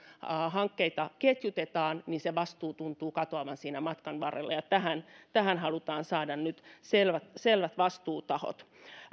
hankkeita ketjutetaan niin se vastuu tuntuu katoavan siinä matkan varrella ja tähän tähän halutaan saada nyt selvät selvät vastuutahot